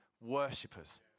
worshippers